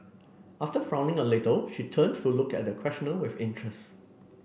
after frowning a little she turned to look at the questioner with interest